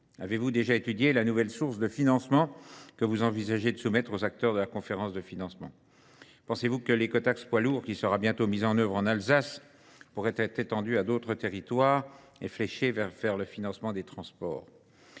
Avez-vous déjà étudié la nouvelle source de financement que vous envisagez de soumettre aux acteurs de la conférence de financement ? Pensez-vous que l'écotaxe poiloure qui sera bientôt mise en œuvre en Alsace pourrait être étendue à d'autres territoires et fléchée vers le financement des transports ?